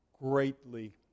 greatly